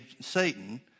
Satan